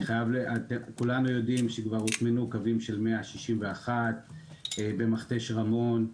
כולנו יודעים שהוטמנו קווים של 161 במכתש רמון.